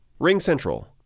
RingCentral